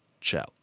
Ciao